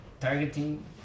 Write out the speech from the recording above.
targeting